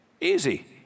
Easy